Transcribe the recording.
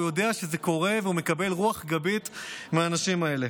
הוא יודע שזה קורה והוא מקבל רוח גבית מהאנשים האלה.